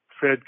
Fed